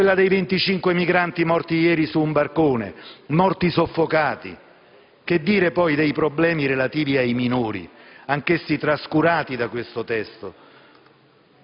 come quella dei 25 migranti morti soffocati in un barcone. Che dire poi dei problemi relativi ai minori, anch'essi trascurati da questo testo?